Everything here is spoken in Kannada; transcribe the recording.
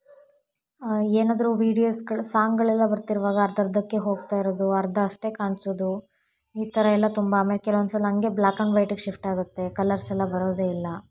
ಏನಾದ್ರೂ ವಿಡಿಯೋಸ್ಗಳು ಸಾಂಗ್ಗಳೆಲ್ಲ ಬರ್ತಿರುವಾಗ ಅರ್ಧರ್ಧಕ್ಕೆ ಹೋಗ್ತಾ ಇರೋದು ಅರ್ಧ ಅಷ್ಟೆ ಕಾಣಿಸೋದು ಈ ಥರ ಎಲ್ಲ ತುಂಬ ಆಮೇಲೆ ಕೆಲವೊಂದ್ಸಲ ಹಂಗೆ ಬ್ಲ್ಯಾಕ್ ಆ್ಯಂಡ್ ವೈಟಿಗ್ ಶಿಫ್ಟ್ ಆಗುತ್ತೆ ಕಲರ್ಸ್ ಎಲ್ಲ ಬರೋದೇ ಇಲ್ಲ